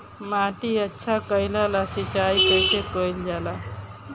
माटी अच्छा कइला ला सिंचाई कइसे कइल जाला?